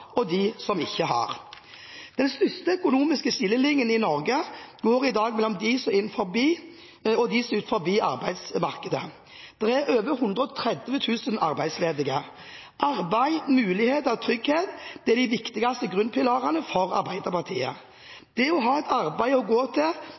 og dem som ikke har. De viktigste økonomiske skillelinjene i Norge går i dag mellom dem som er innenfor, og dem som er utenfor arbeidsmarkedet. Det er over 130 000 arbeidsledige. Arbeid, muligheter og trygghet er de viktigste grunnpilarene for Arbeiderpartiet.